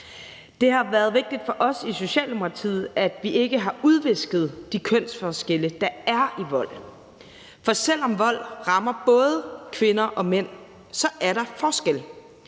Det har været vigtigt for os i Socialdemokratiet, at vi ikke har udvisket de kønsforskelle, der er i vold. For selv om vold rammer både kvinder og mænd, er der forskelle.